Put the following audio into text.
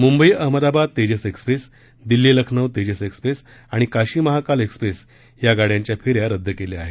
Mumbai Ahmedabad Tejas express Delhi Lucknow Tejas express आणि Kashi Mahakal express या गाड़यांच्या फेऱ्या रदद केल्या आहेत